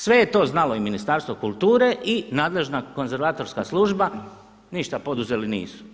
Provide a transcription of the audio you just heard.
Sve je to znalo i Ministarstvo kulture i nadležna konzervatorska služba, ništa poduzeli nisu.